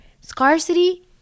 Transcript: Scarcity